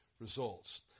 results